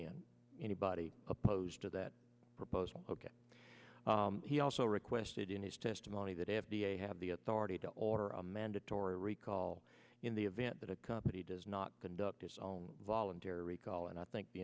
in anybody opposed to that proposal he also requested in his testimony that f d a have the authority to order a mandatory recall in the event that a company does not conduct its own voluntary recall and i think the